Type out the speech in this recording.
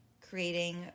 creating